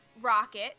Rocket